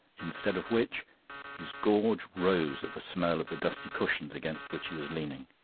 instead of which his gorge rose at the smell of the dusty cushions against which he was leaning.